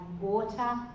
water